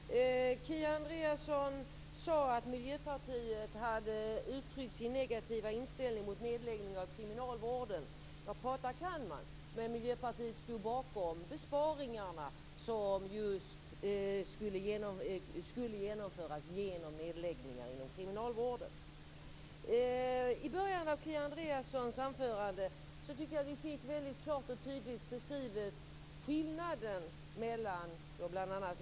Fru talman! Kia Andreasson sade att Miljöpartiet hade uttryckt sin negativa inställning mot nedläggning inom kriminalvården. Prata kan man, men Miljöpartiet stod bakom besparingarna som skulle genomföras just genom nedläggningar inom kriminalvården. I början av Kia Andreassons anförande tycker jag att vi väldigt klart och tydligt fick beskrivet skillnaden mellan bl.a.